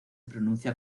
pronuncia